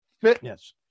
fitness